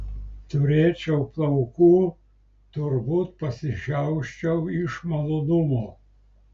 turėčiau plaukų turbūt pasišiauščiau iš malonumo